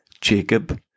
Jacob